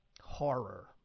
horror